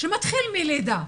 שמתחיל מלידה.